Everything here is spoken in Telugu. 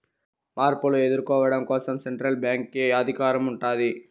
మార్పులు ఎదుర్కోవడం కోసం సెంట్రల్ బ్యాంక్ కి అధికారం ఉంటాది